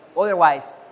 Otherwise